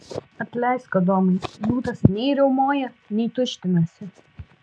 atleisk adomai liūtas nei riaumoja nei tuštinasi